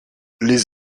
les